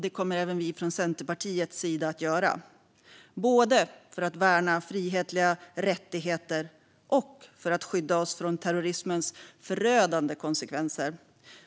Det kommer även vi från Centerpartiet att göra, både för att värna frihetliga rättigheter och för att skydda oss från terrorismens förödande konsekvenser.